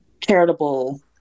charitable